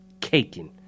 caking